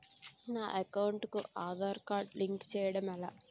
నా అకౌంట్ కు Aadhaar card link చేయడం ఎలా?